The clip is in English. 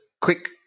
quick